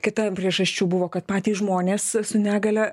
kita priežasčių buvo kad patys žmonės su negalia